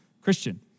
Christian